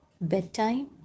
bedtime